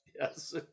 yes